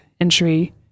entry